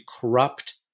corrupt